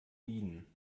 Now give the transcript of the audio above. bienen